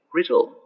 Riddle